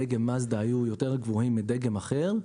דגם מאזדה היו יותר גבוהים מדגם אחר,